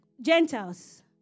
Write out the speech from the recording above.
Gentiles